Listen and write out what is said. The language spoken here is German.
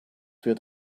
wird